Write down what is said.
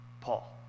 Paul